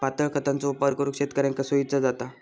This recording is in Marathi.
पातळ खतांचो वापर करुक शेतकऱ्यांका सोयीचा जाता